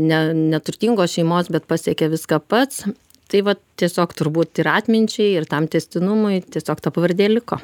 ne neturtingos šeimos bet pasiekė viską pats tai vat tiesiog turbūt ir atminčiai ir tam tęstinumui tiesiog ta pavardė liko